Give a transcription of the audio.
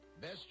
Best